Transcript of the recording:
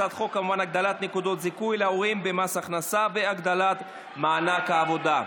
הצעת חוק הגדלת נקודות זיכוי להורים במס הכנסה והגדלת מענק העבודה.